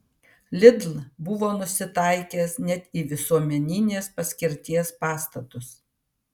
lidl buvo nusitaikęs net į visuomeninės paskirties pastatus